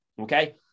okay